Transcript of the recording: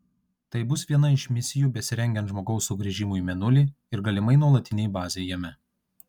tai bus viena iš misijų besirengiant žmogaus sugrįžimui į mėnulį ir galimai nuolatinei bazei jame